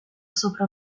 sopra